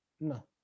No